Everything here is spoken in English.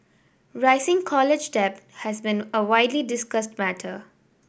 rising college debt has been a widely discussed matter